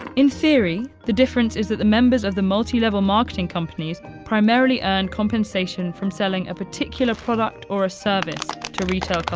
in theory, the difference is that the members of the multi-level marketing companies primarily earn compensation from selling a particular product or a service to retail